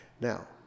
Now